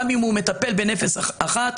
גם אם הוא מטפל בנפש אחת,